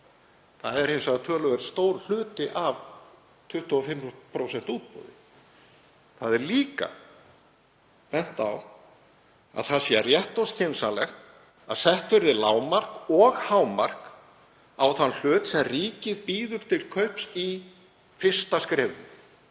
Það er hins vegar töluvert stór hluti af 25% útboði. Eins er bent á að það sé rétt og skynsamlegt að sett verði lágmark og hámark á þann hlut sem ríkið býður til kaups í fyrsta skrefi,